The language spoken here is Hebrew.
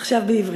עכשיו בעברית: